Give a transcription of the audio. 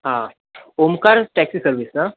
हां Omkar taxi service ना